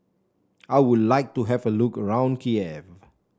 I would like to have a look around Kiev